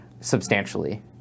substantially